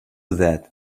that